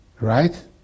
right